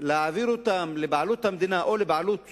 ולהעביר אותן לבעלות המדינה או לבעלות